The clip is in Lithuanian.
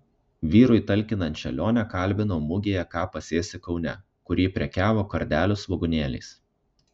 vyrui talkinančią lionę kalbinau mugėje ką pasėsi kaune kur ji prekiavo kardelių svogūnėliais